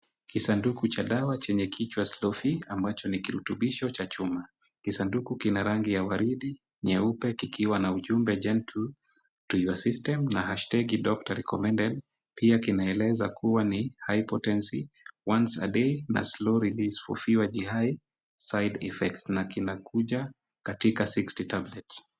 Kisanduku cha dawa chenye kichwa Slow Fe ambacho ni kirutubisho cha chuma. Kisanduku kina rangi ya waridi nyeupe kikiwa na ujumbe gentle to your system na hashtegi doctor recommended . Pia kinaeleza kuwa ni high potency, once a day na slow relief for fewer Gi side effects na kinakuja katika sixty tablets .